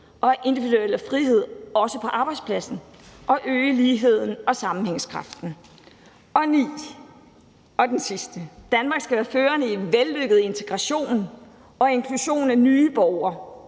og individuelle frihed, også på arbejdspladsen, og øge ligheden og sammenhængskraften. Punkt 9, det sidste punkt: At Danmark skal være førende i vellykket integration og inklusion af nye borgere